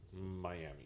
Miami